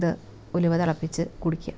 ഇത് ഉലുവ തിളപ്പിച്ച് കുടിക്കുക